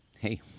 Hey